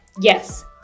Yes